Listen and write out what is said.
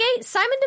Simon